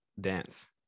dance